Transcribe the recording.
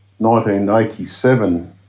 1987